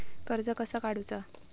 कर्ज कसा काडूचा?